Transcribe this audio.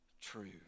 true